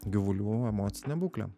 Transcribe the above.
gyvulių emocinę būklę